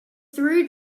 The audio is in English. through